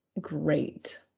great